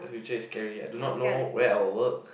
future is scary do not know where I'll work